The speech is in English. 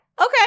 Okay